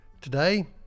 Today